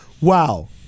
wow